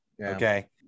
Okay